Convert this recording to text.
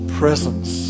presence